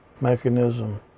mechanism